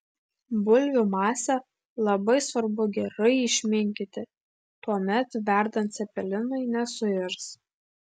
bulvių masę labai svarbu gerai išminkyti tuomet verdant cepelinai nesuirs